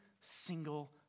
single